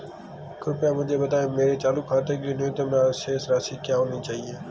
कृपया मुझे बताएं मेरे चालू खाते के लिए न्यूनतम शेष राशि क्या होनी चाहिए?